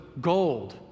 gold